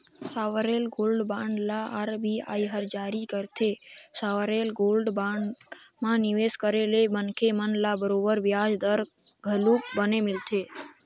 sovereign gold bond ल RBI हर जारी करथे, सॉवरेन गोल्ड बांड म निवेस करे ले मनखे मन ल बरोबर बियाज दर घलोक बने मिलथे